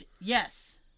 Yes